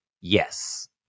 Yes